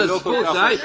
זה לא מה שהוא אמר.